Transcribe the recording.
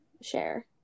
share